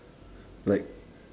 like